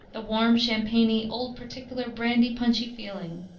the warm, champagny, old-particular-brandy-punchy feeling.